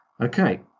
Okay